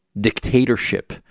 dictatorship